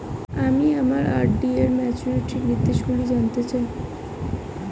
আমি আমার আর.ডি র ম্যাচুরিটি নির্দেশগুলি জানতে চাই